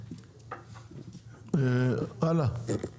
אני